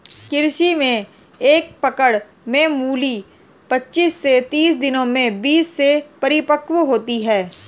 कृषि में एक पकड़ में मूली पचीस से तीस दिनों में बीज से परिपक्व होती है